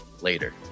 later